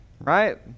right